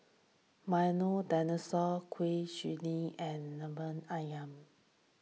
Milo Dinosaur Kuih Suji and Lemper Ayam